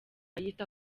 yita